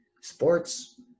Sports